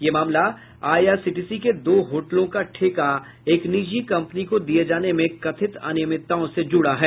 ये मामला I R C T C के दो होटलों का ठेका एक निजी कंपनी को दिए जाने में कथित अनियमितताओं से जूड़ा है